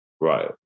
Right